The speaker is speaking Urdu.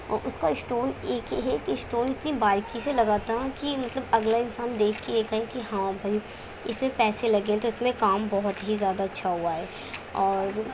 اس کا اسٹون ایک یہ ہے کہ اسٹون اتنی باریکی سے لگا تھا کہ مطلب اگلا انسان دیکھ کے یہ کہے کہ ہاں بھائی اس میں پیسے لگے ہیں تو اس میں کام بہت ہی زیادہ اچھا ہوا ہے اور